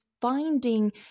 finding